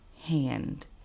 hand